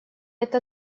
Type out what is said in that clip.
это